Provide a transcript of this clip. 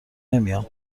نمیام